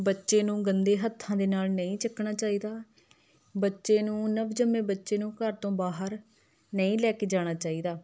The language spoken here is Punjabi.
ਬੱਚੇ ਨੂੰ ਗੰਦੇ ਹੱਥਾਂ ਦੇ ਨਾਲ ਨਹੀਂ ਚੱਕਣਾ ਚਾਹੀਦਾ ਬੱਚੇ ਨੂੰ ਨਵਜੰਮੇ ਬੱਚੇ ਨੂੰ ਘਰ ਤੋਂ ਬਾਹਰ ਨਹੀਂ ਲੈ ਕੇ ਜਾਣਾ ਚਾਹੀਦਾ